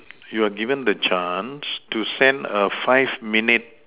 you're given the chance to send a five minute